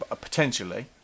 potentially